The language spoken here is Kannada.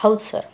ಹೌದು ಸರ್